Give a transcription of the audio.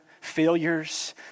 failures